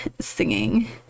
singing